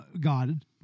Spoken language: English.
god